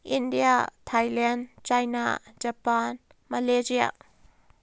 India Thailand China Japan Malaysia